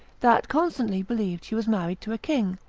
that constantly believed she was married to a king,